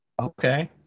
Okay